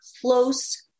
close